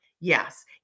Yes